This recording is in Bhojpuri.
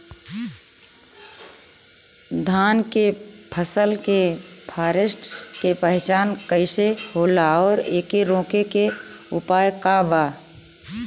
धान के फसल के फारेस्ट के पहचान कइसे होला और एके रोके के उपाय का बा?